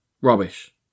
Rubbish